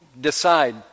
decide